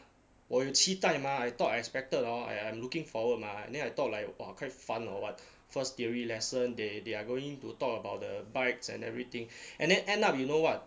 我有期待 mah I thought I expected orh I am looking forward mah and then I thought like quite fun or what first theory lesson they they are going to talk about the bikes and everything and then end up you know what